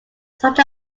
such